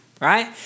right